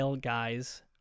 Guys